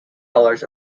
colors